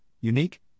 unique